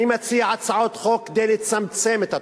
אני מציע הצעות חוק כדי לצמצם את התופעה,